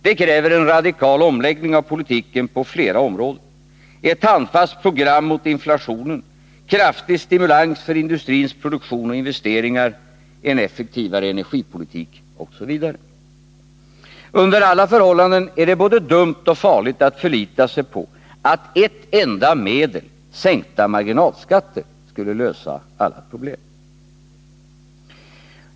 Det kräver en radikal omläggning av politiken på flera områden: ett handfast program mot inflationen, kraftig stimulans av industrins produktion och investeringar, en effektivare energipolitik osv. Under alla förhållanden är det både dumt och farligt att förlita sig på att ett enda medel — sänkta marginalskatter — skulle lösa alla problem.